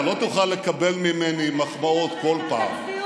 אתה לא תוכל לקבל ממני מחמאות כל פעם,